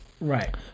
Right